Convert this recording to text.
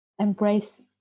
embrace